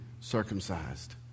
circumcised